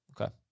Okay